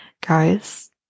Guys